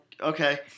okay